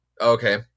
Okay